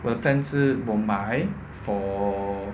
我的 plan 是我买 for